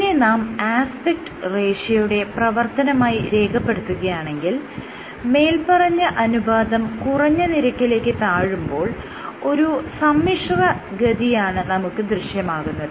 ഇതിനെ നാം ആസ്പെക്ട് റേഷ്യോയുടെ പ്രവർത്തനമായി രേഖപ്പെടുത്തുകയാണെങ്കിൽ മേല്പറഞ്ഞ അനുപാതം കുറഞ്ഞ നിരക്കിലേക്ക് താഴുമ്പോൾ ഒരു സമ്മിശ്ര ഗതിയാണ് നമുക്ക് ദൃശ്യമാകുന്നത്